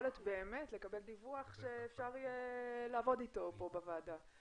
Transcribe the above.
ויכולת לקבל דיווח שאפשר יהיה לעבוד אתו כאן בוועדה.